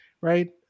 right